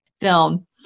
film